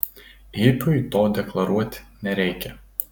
hipiui to deklaruot nereikia